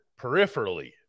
peripherally